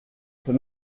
peu